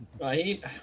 Right